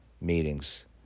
meetings